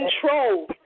control